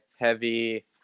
heavy